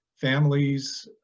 families